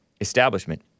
establishment